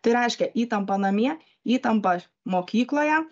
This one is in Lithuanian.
tai reiškia įtampa namie įtampa mokykloje